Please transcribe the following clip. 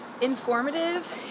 informative